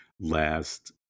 last